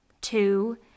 two